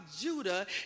Judah